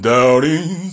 Darling